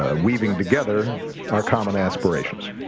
ah weaving together our common aspirations.